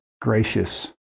gracious